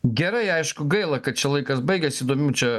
gerai aišku gaila kad čia laikas baigiasi įdomių čia